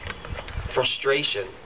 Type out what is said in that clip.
Frustration